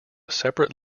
separate